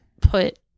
put